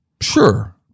Sure